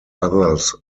others